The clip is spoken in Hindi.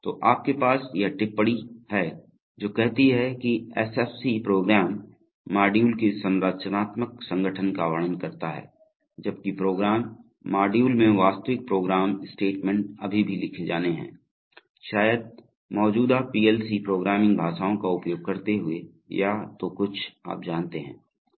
तो आपके पास यह टिप्पणी है जो कहती है कि एसएफसी केवल प्रोग्राम मॉड्यूल के संरचनात्मक संगठन का वर्णन करता है जबकि प्रोग्राम मॉड्यूल में वास्तविक प्रोग्राम स्टेटमेंट अभी भी लिखे जाने हैं शायद मौजूदा पीएलसी प्रोग्रामिंग भाषाओं का उपयोग करते हुए या तो कुछ आप जानते हैं